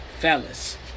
Fellas